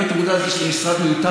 איך אתה מידרדר ל-16 מנדטים,